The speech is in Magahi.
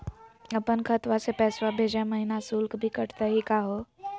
अपन खतवा से पैसवा भेजै महिना शुल्क भी कटतही का हो?